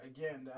Again